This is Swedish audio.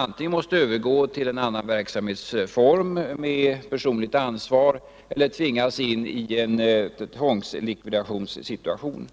Man måste då antingen övergå till annan verksamhetsform, med personligt ansvar, eller också hamnar man i en tvångslikvidationssituation.